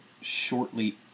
shortly